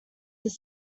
his